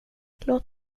låt